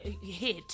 hit